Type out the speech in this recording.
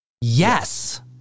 Yes